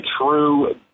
true